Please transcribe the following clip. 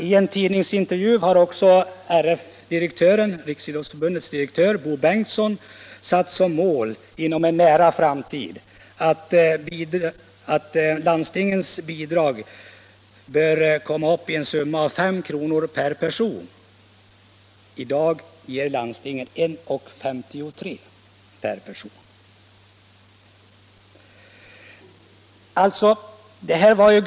I en tidningsintervju har också RF-direktören Bo Bengtsson satt som mål att landstingen inom en nära framtid skall bidra med en summa av 5 kr. per person. I dag ger landstingen 1:53 per person.